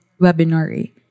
webinar